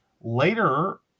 Later